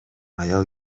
аял